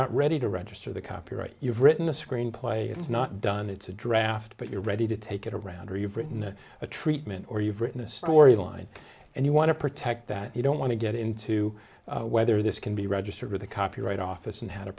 not ready to register the copyright you've written a screenplay it's not done it's a draft but you're ready to take it around or you've written a treatment or you've written a story line and you want to protect that you don't want to get into whether this can be registered with the copyright office and h